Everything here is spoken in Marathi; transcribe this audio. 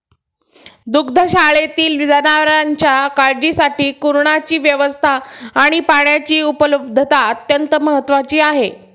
दुग्धशाळेतील जनावरांच्या काळजीसाठी कुरणाची व्यवस्था आणि पाण्याची उपलब्धता अत्यंत महत्त्वाची आहे